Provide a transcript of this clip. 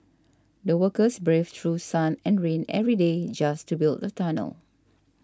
the workers braved through sun and rain every day just to build the tunnel